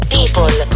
People